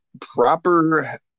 Proper